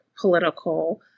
political